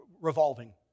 revolving